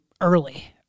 early